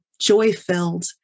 joy-filled